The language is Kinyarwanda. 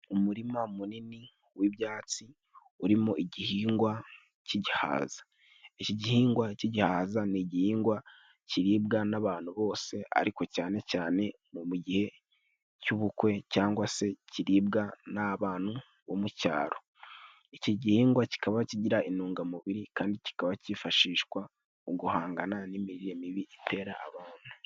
Umurima munini w'ibyatsi urimo igihingwa cy'igihaza. Iki gihingwa cy'igihaza, ni igihingwa kiribwa n'abantu bose. Ariko cyane cyane mu gihe cy'ubukwe cyangwa se kiribwa n'abantu bo mu cyaro. Iki gihingwa kikaba kigira intungamubiri, kandi kikaba cyifashishwa mu guhangana n'imirire mibi itera abantu.